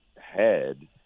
head